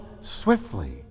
swiftly